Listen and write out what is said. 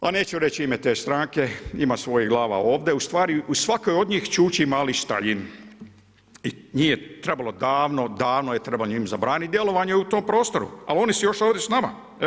Ali neću reći ime te stranke, ima svojih glava ovdje, ustvari u svakoj od njih čuči mali Staljin i njih je trebalo, davno, davno je trebalo njima zabraniti djelovanje u tom prostoru, a oni su još ovdje s nama.